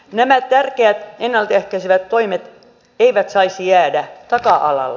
nämä tärkeät ennalta ehkäisevät toimet eivät saisi jäädä taka alalle